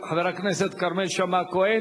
חבר הכנסת כרמל שאמה-הכהן.